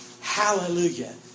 Hallelujah